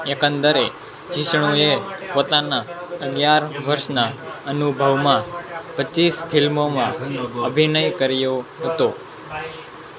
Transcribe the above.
એકંદરે જિષ્ણુએ પોતાના અગિયાર વર્ષના અનુભવમાં પચ્ચીસ ફિલ્મોમાં અભિનય કર્યો હતો